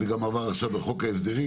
זה גם עבר עכשיו בחוק ההסדרים.